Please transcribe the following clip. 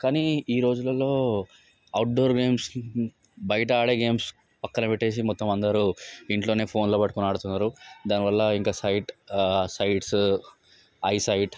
కానీ ఈరోజులలో outdoor games బయట ఆడే గేమ్స్ పక్కన పెట్టి మొత్తం అందరు ఇంట్లో ఫోన్లో పట్టుకొని ఆడుతున్నారు దాని వల్ల ఇంకా సైట్ సైట్స్ ఐ సైట్